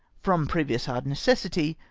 from previous hard necessity,